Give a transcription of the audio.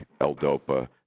L-dopa